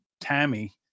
Tammy